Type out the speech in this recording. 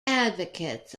advocates